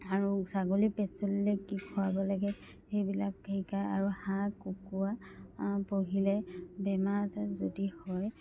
আৰু ছাগলী পেট চলিলে কি খোৱাব লাগে সেইবিলাক শিকায় আৰু হাঁহ কুকুৰা পুহিলে বেমাৰ আজাৰ যদি হয়